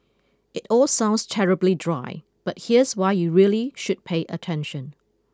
it all sounds terribly dry but here's why you really should pay attention